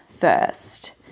first